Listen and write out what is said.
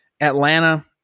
Atlanta